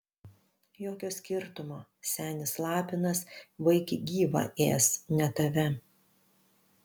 jokio skirtumo senis lapinas vaikį gyvą ės ne tave